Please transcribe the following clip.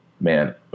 Man